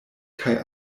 kaj